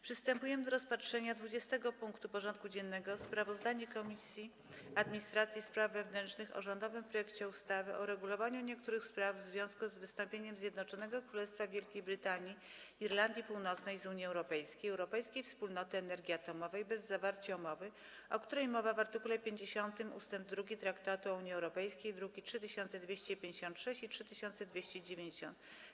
Przystępujemy do rozpatrzenia punktu 20. porządku dziennego: Sprawozdanie Komisji Administracji i Spraw Wewnętrznych o rządowym projekcie ustawy o uregulowaniu niektórych spraw w związku z wystąpieniem Zjednoczonego Królestwa Wielkiej Brytanii i Irlandii Północnej z Unii Europejskiej i Europejskiej Wspólnoty Energii Atomowej bez zawarcia umowy, o której mowa w art. 50 ust. 2 Traktatu o Unii Europejskiej (druki nr 3256 i 3290)